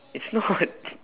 it's not